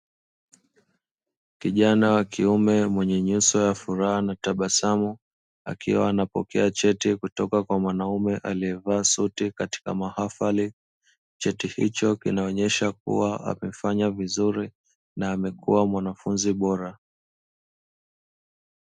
Kijana wa kiume mwenye nyuso ya furaha na tabasamu akiwa anapokea cheti kutoka kwa mwanaume aliyevaa suti katika mahafali. Cheti hicho kinaonyesha kuwa amefanya vizuri na amekuwa mwanafunzi bora.